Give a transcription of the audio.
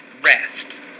Rest